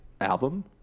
album